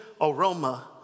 aroma